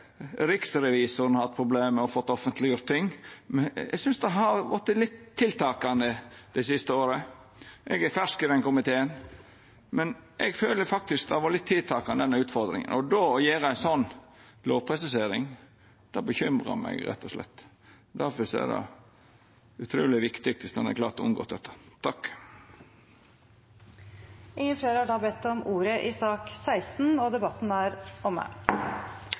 har riksrevisoren hatt problem med å få offentleggjort ting. Eg synest det har vorte litt tiltakande dei siste åra. Eg er fersk i den komiteen, men eg føler faktisk at denne utfordringa har vorte litt tiltakande. Då å gjera ei slik lovpresisering bekymrar meg rett og slett. Difor er det utruleg viktig om ein hadde klart å unngå dette. Flere har ikke bedt om ordet til sak nr. 16. Etter ønske fra kontroll- og konstitusjonskomiteen vil presidenten ordne debatten